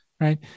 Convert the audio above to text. right